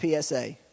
PSA